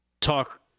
talk